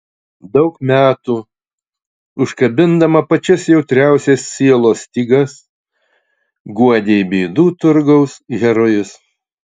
daug metų užkabindama pačias jautriausias sielos stygas guodei bėdų turgaus herojus